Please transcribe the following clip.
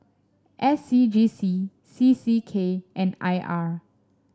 S C G C C C K and I R